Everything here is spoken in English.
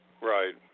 Right